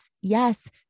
Yes